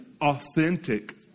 authentic